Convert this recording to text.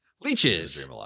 Leeches